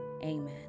amen